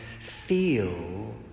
feel